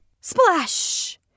Splash